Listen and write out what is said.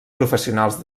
professionals